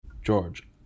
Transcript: George